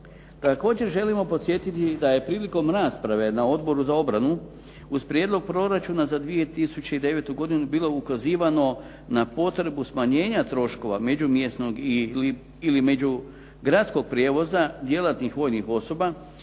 Također želimo podsjetiti da je prilikom rasprave na Odboru za obranu uz prijedlog proračuna za 2009. godinu bilo ukazivano na potrebu smanjenja troškova međumjesnog ili međugradskog prijevoza djelatnih vojnih osoba,